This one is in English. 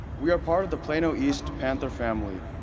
we are part of the plano east panther family.